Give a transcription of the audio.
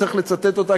צריך לצטט אותה,